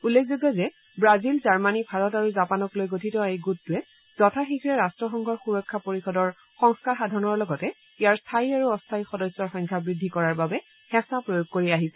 উল্লেখযোগ্য যে Brazil Germany ভাৰত আৰু জাপানক লৈ গঠিত এই গোটটোৱে যথাশীঘে ৰাষ্টসংঘৰ সূৰক্ষা পৰিষদৰ সংস্কাৰ সাধনৰ লগতে ইয়াৰ স্থায়ী আৰু অস্থায়ী সদস্যৰ সংখ্যা বৃদ্ধি কৰাৰ বাবে হেঁচা প্ৰয়োগ কৰি আহিছে